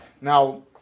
Now